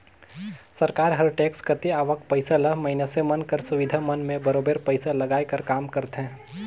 सरकार हर टेक्स कती आवक पइसा ल मइनसे मन कर सुबिधा मन में बरोबेर पइसा लगाए कर काम करथे